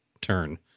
turn